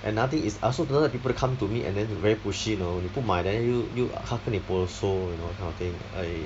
and ah thing is also I don't like people to come to me and then very pushy you know 你不买 then 又又他跟你 lo so you know kind of thing